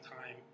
time